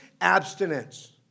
Abstinence